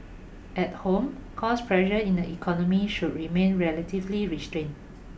at home cost pressure in the economy should remain relatively restrained